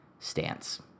Stance